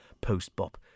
post-bop